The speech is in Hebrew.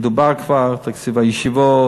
דובר כבר על תקציב הישיבות,